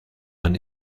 man